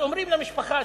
אז אומרים למשפחה,